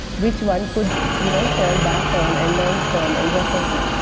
which one could you know fall back on and learn from and refer to.